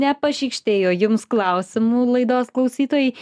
nepašykštėjo jums klausimų laidos klausytojai